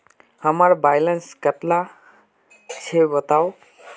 हमार बैलेंस कतला छेबताउ?